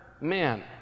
men